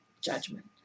Judgment